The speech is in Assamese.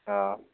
অঁ